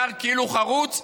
שר כאילו חרוץ,